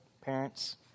parents